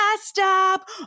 stop